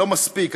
לא מספיק,